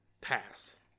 pass